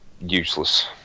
useless